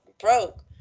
broke